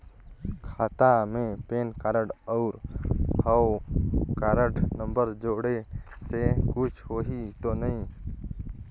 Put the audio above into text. खाता मे PAN card और हव कारड नंबर जोड़े से कुछ होही तो नइ?